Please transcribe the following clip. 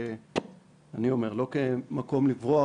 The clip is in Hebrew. אני אומר לא כמקום לברוח,